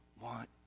want